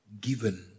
given